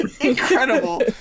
Incredible